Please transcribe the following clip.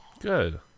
Good